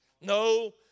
No